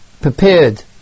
prepared